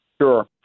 Sure